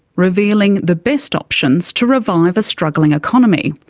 revealing the best options to revive a struggling economy.